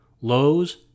Lowe's